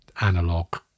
analog